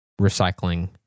recycling